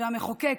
והמחוקק,